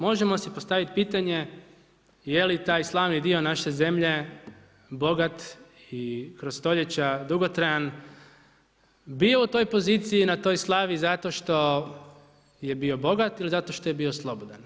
Možemo si postaviti pitanje je li taj slavni dio naše zemlje bogat i kroz stoljeća dugotrajan bio u toj poziciji i na toj slavi zato što je bio bogat ili zato što je bio slobodan.